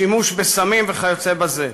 שימוש בסמים וכיוצא בזה.